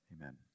Amen